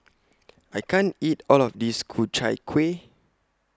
I can't eat All of This Ku Chai Kuih